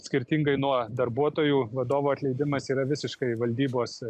skirtingai nuo darbuotojų vadovų atleidimas yra visiškai valdybos